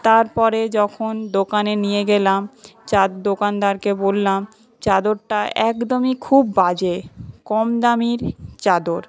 তারপরে যখন দোকানে নিয়ে গেলাম দোকানদারকে বললাম চাদরটা একদমই খুব বাজে কম দামির চাদর